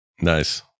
nice